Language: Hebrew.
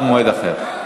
תשובה והצבעה במועד אחר.